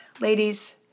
Ladies